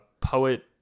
Poet